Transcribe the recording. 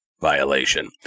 Violation